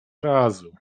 razu